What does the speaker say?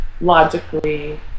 logically